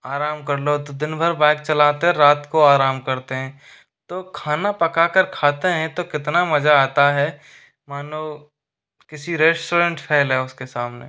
आराम कर लो तो दिन भर बाइक चलाते रात को आराम करते हैं तो खाना पका कर खाते हैं तो कितना मजा आता है मानो किसी रेस्टोरेंट फैल है उसके सामने